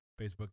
Facebook